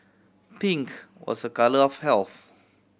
pink was a colour of health